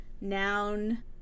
noun